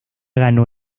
ganó